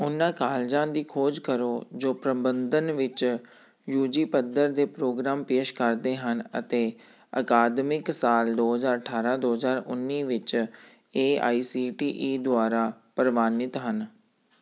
ਉਹਨਾਂ ਕਾਲਜਾਂ ਦੀ ਖੋਜ ਕਰੋ ਜੋ ਪ੍ਰਬੰਧਨ ਵਿੱਚ ਯੂ ਜੀ ਪੱਧਰ ਦੇ ਪ੍ਰੋਗਰਾਮ ਪੇਸ਼ ਕਰਦੇ ਹਨ ਅਤੇ ਅਕਾਦਮਿਕ ਸਾਲ ਦੋ ਹਜ਼ਾਰ ਅਠਾਰ੍ਹਾਂ ਦੋ ਹਜ਼ਾਰ ਉੱਨੀ ਵਿੱਚ A I C T E ਦੁਆਰਾ ਪ੍ਰਵਾਨਿਤ ਹਨ